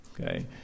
okay